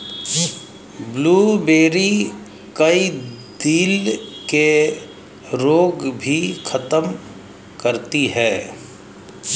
blueberry, कई दिल के रोग भी खत्म करती है